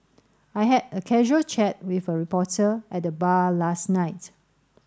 I had a casual chat with a reporter at the bar last night